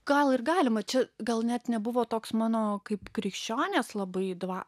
gal ir galima čia gal net nebuvo toks mano kaip krikščionės labai dva